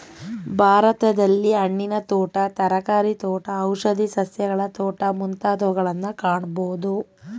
ಭಾರತದಲ್ಲಿ ಹಣ್ಣಿನ ತೋಟ, ತರಕಾರಿ ತೋಟ, ಔಷಧಿ ಸಸ್ಯಗಳ ತೋಟ ಮುಂತಾದವುಗಳನ್ನು ಕಾಣಬೋದು